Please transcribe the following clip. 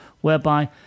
whereby